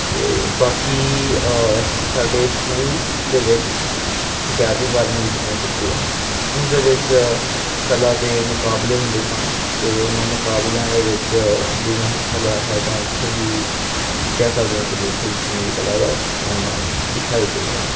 ਅਤੇ ਬਾਕੀ ਸਾਡੇ ਸਕੂਲ ਦੇ ਵਿੱਚ ਗਿਆਰਵੀਂ ਬਾਰਵੀਂ ਜਿੱਥੋਂ ਮੈਂ ਕੀਤੀ ਹੈ ਉਸਦੇ ਵਿੱਚ ਕਲਾ ਦੇ ਮੁਕਾਬਲੇ ਹੁੰਦੇ ਸਨ ਅਤੇ ਉਨ੍ਹਾਂ ਮੁਕਾਬਲਿਆਂ ਦੇ ਵਿੱਚ ਵੀ ਮੈਂ ਹਿੱਸਾ ਲਿਆ ਹੈ ਤਾਂ ਉੱਥੇ ਵੀ ਤੁਸੀਂ ਕਹਿ ਸਕਦੇ ਹੋ ਕਿ ਵੀ ਉੱਥੇ ਜਿੱਥੇ ਮੇਰੀ ਕਲਾ ਦਾ ਦਿਖਾਈ ਗਈ ਹੈ